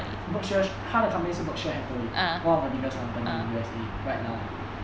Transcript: berkshire 他的 company 是 berkshire hathaway one of the biggest company in U_S_A right now